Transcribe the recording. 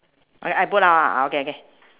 I I put down lah okay okay